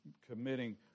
committing